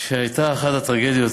הייתה אחת הטרגדיות,